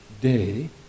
day